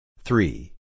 Three